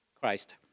Christ